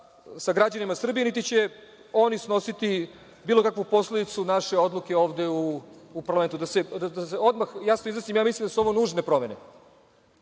sa građanima Srbije, niti će oni snositi bilo kakvu posledicu naše odluke ovde u parlamentu. Da se odmah jasno izrazim, mislim da su ovo nužne promene.